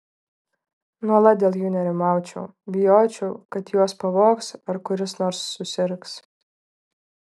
nuolat dėl jų nerimaučiau bijočiau kad juos pavogs ar kuris nors susirgs